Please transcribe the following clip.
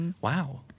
Wow